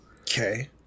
Okay